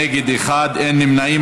נגד, 1, אין נמנעים.